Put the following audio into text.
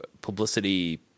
publicity